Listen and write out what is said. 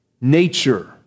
nature